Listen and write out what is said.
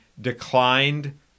declined